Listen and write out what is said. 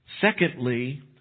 Secondly